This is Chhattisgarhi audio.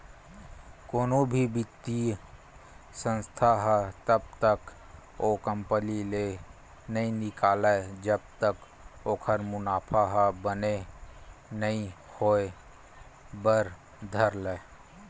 कोनो भी बित्तीय संस्था ह तब तक ओ कंपनी ले नइ निकलय जब तक ओखर मुनाफा ह बने नइ होय बर धर लय